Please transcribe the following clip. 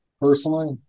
personally